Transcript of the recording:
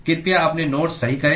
कृपया अपने नोट्स सही करें